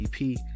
EP